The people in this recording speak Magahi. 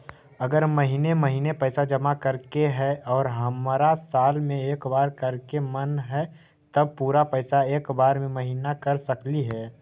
अगर महिने महिने पैसा जमा करे के है और हमरा साल में एक बार करे के मन हैं तब पुरा पैसा एक बार में महिना कर सकली हे?